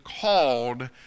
called